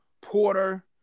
Porter